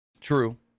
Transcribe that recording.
True